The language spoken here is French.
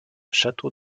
château